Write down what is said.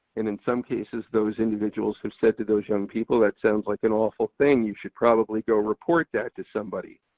and in some cases those individuals have said to those young people, that sounds like an awful thing, you should probably go report that to somebody.